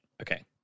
okay